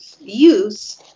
use